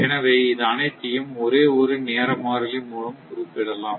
எனவே இது அனைத்தையும் ஒரே ஓரு நேர மாறிலி மூலம் குறிப்பிடலாம்